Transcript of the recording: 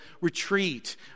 retreat